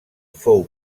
fou